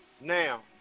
Now